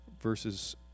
verses